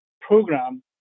program